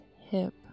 hip